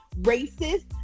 racist